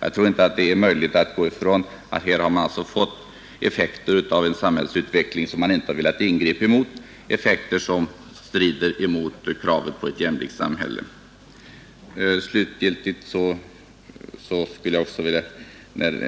Jag tror inte man kan undgå att konstatera att vi här fått effekter av en samhällsutveckling som strider mot kravet på ett jämlikhetssamhälle. Herr